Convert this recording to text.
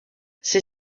ses